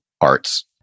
arts